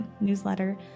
newsletter